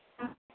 ம்